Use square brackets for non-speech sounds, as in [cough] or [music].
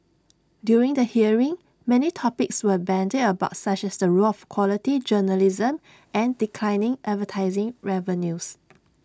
during the hearing many topics were bandied about such as the role of quality journalism and declining advertising revenues [noise]